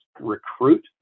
recruit